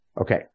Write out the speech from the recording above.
Okay